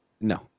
no